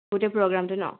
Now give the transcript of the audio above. প্ৰগ্ৰামটো ন